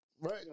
Right